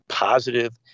positive